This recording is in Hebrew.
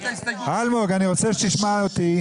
אלמוג, אני רוצה שתשמע אותי.